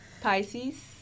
Pisces